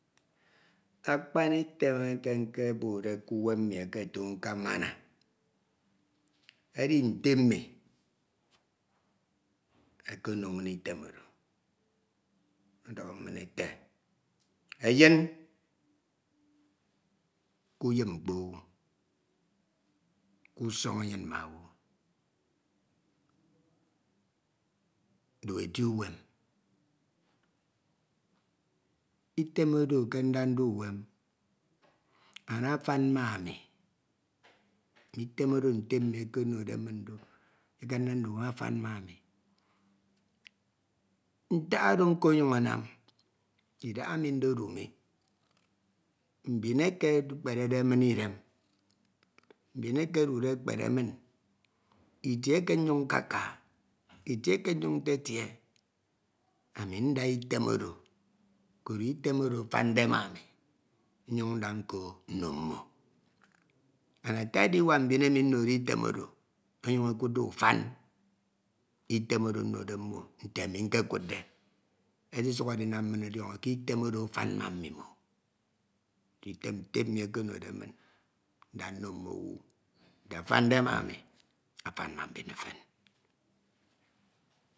. akpan item eka mkebode kwem mmi eke tono nkama edi nte mmi ekene inn item oro. odoho min ete eyin kuyip mkpo owu kusono anyin ma owu. du eti uwem and atem ma ami mme etem oro nte mmi okonode min enye ke nda ndu uwem and atan ma ami. ntak oro nko onyun anam idahami ndodu mi. mbin eke ekpere min idem. mbin eke odude okpere min. itie eke nyun nkaka itie eke nyun nkaka itie eke nyun ntitie. ami nde etem oro koro item oro afande ma ami nyun nda nko nno mmo. and ata adicoak mbin emi nnode item oro onyun okudde ufan item oro nnode mmo nte ami nkokudde esisuk edinam min ndiono kutem oro afan ma mmimo. kitem nte mmi okonode min nda nno mmowu nte afanda ma ami. afan ma mbin efe.